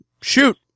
Shoot